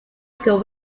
school